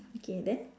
okay then